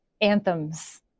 anthems